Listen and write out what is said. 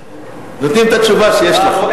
נותנים את התשובה שיש לך.